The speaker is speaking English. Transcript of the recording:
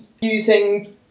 using